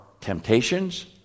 temptations